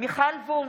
מיכל וונש,